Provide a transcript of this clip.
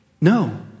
no